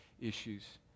issues